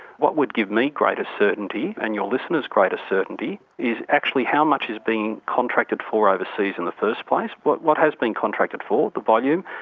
what would give me greater certainty, and your listeners greater certainty, is actually how much is being contracted for overseas in the first place? what what has been contracted for the volume?